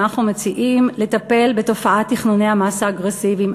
אבל אנחנו מציעים לטפל בתופעת תכנוני המס האגרסיביים.